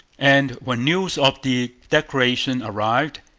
and when news of the declaration arrived,